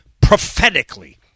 prophetically